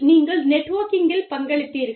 நீங்கள் நெட்வொர்க்கிங்கில் பங்களித்தீர்கள்